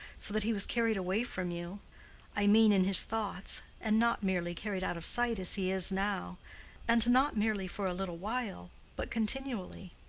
so that he was carried away from you i mean in his thoughts, and not merely carried out of sight as he is now and not merely for a little while, but continually.